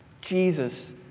Jesus